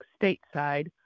stateside